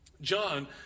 John